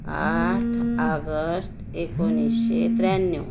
आठ आगस्ट एकोणीसशे त्र्याण्ण्यव